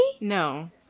No